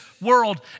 world